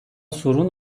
sorun